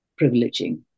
privileging